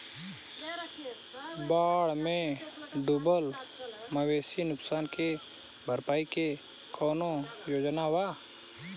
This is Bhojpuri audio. बाढ़ में डुबल मवेशी नुकसान के भरपाई के कौनो योजना वा?